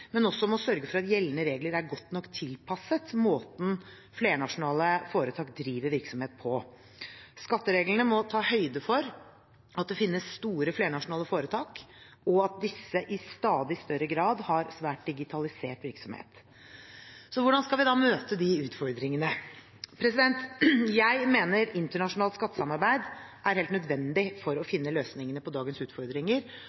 men også om å sørge for at gjeldende regler er godt nok tilpasset måten flernasjonale foretak driver virksomhet på. Skattereglene må ta høyde for at det finnes store flernasjonale foretak, og at disse i stadig større grad har svært digitalisert virksomhet. Hvordan skal vi da møte de utfordringene? Jeg mener internasjonalt skattesamarbeid er helt nødvendig for å